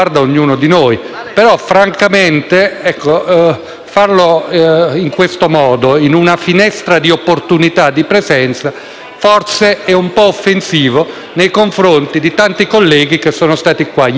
in questo modo, in una finestra di opportunità di presenza, forse è un po' offensivo nei confronti di tanti colleghi che sono stati presenti qui ieri e oggi e che saranno qui domani. *(Applausi